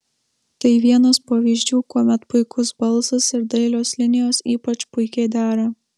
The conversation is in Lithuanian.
tai vienas pavyzdžių kuomet puikus balsas ir dailios linijos ypač puikiai dera